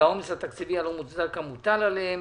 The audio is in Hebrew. העומס התקציבי הלא מוצדק המוטל עליהם.